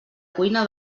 cuina